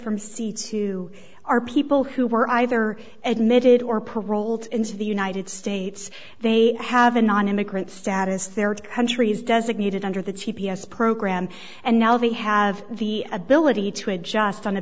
from c to our people who were either admitted or paroled into the united states they have a non immigrant status their country is designated under the t p s program and now they have the ability to adjust on a